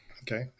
Okay